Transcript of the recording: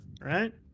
right